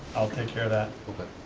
i'll take care of that. okay.